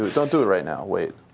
don't do it right now. wait.